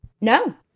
No